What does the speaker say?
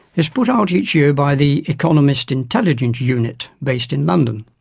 is put out each year by the economist intelligence unit, based in london.